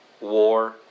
war